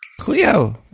Cleo